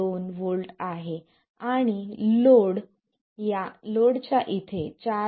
2V आहे आणि आणि लोड च्या इथे 4